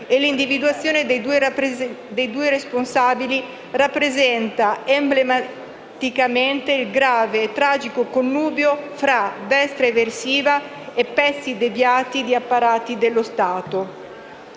L'individuazione dei due responsabili rappresenta emblematicamente il grave e tragico connubio fra la destra eversiva e pezzi deviati di apparati dello Stato.